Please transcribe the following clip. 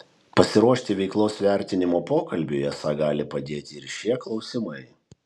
pasiruošti veiklos vertinimo pokalbiui esą gali padėti ir šie klausimai